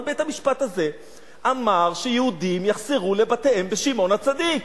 אבל בית-המשפט הזה אמר שיהודים יחזרו לבתיהם בשמעון-הצדיק,